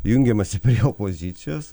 jungiamasi prie opozicijos